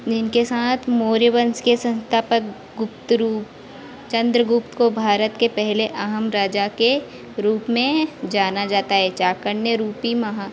जिनके साथ मौर्य वंश के संस्थापक गुप्त रूप चन्द्रगुप्त को भारत के पहले अहम राजा के रूप में जाना जाता है चाणक्य रूपी